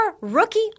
Rookie